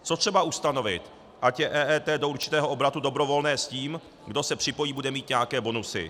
Co třeba ustanovit, ať je EET do určitého obratu dobrovolná, s tím, že kdo se připojí, bude mít nějaké bonusy?